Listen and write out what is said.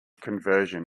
conversion